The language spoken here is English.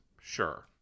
Sure